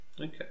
Okay